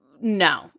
no